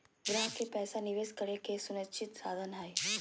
ग्राहक के पैसा निवेश करे के सुनिश्चित साधन हइ